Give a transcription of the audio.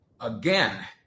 again